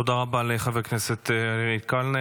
תודה רבה לחבר הכנסת קלנר.